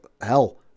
hell